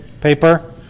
paper